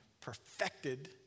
perfected